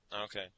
Okay